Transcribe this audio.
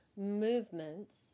movements